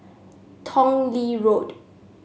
Tong Lee Road